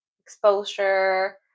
exposure